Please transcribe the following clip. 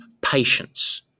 patience